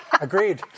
Agreed